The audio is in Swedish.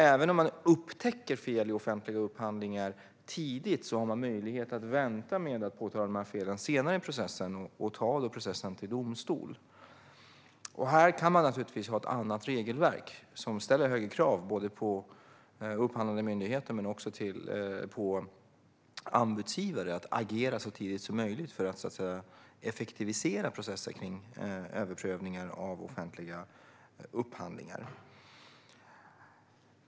Även om man tidigt upptäcker fel i offentliga upphandlingar har man möjlighet att vänta till senare i processen med att påtala felen och då ta processen till domstol. Här kan man naturligtvis ha ett annat regelverk som ställer högre krav på upphandlande myndigheter men också på anbudsgivare att agera så tidigt som möjligt för att effektivisera processen vid överprövningar av offentliga upphandlingar.